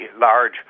large